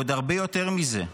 ועוד הרבה יותר מזה,